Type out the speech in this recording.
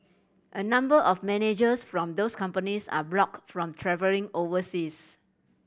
a number of managers from those companies are blocked from travelling overseas